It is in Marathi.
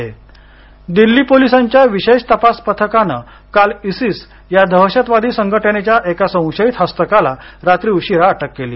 अटक दिल्ली दिल्ली पोलीसांच्या विशेष तपास पथकानं काल इसीस या दहशतवादी संघटनेच्या एका संशयित हस्तकाला रात्री उशिरा अटक केली